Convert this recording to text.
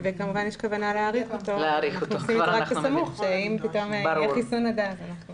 וכמובן יש כוונה להאריך אותו אלא אם יהיה פתאום חיסון עד אז.